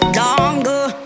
longer